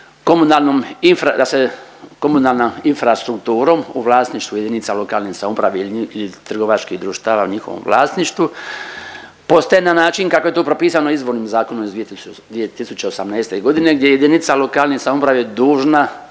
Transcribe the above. komunalnom infrastrukturom u vlasništvu jedinica lokalne samouprave i trgovačkih društava u njihovom vlasništvu postaje na način kako je to propisano izvornim zakonom iz 2018. godine, gdje je jedinica lokalne samouprave dužna